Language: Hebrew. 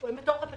הם בתוך התקציב,